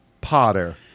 Potter